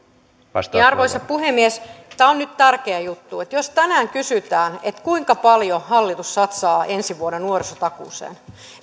vastauspuheenvuoro arvoisa puhemies tämä on nyt tärkeä juttu jos tänään kysytään kuinka paljon hallitus satsaa ensi vuonna nuorisotakuuseen